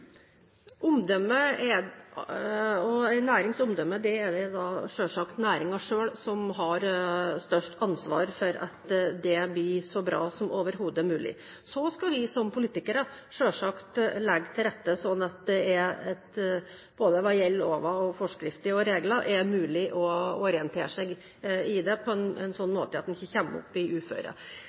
nærings omdømme er det selvsagt næringen selv som har størst ansvar for blir så bra som overhodet mulig. Så skal vi som politikere selvsagt legge til rette sånn at det er, hva gjelder både loven og forskrifter og regler, mulig å orientere seg i det på en sånn måte at en ikke kommer opp i et uføre.